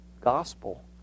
gospel